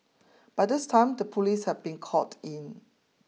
by this time the police have been called in